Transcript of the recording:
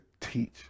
teach